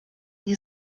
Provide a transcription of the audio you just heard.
nie